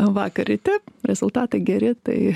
vakar ryte rezultatai geri tai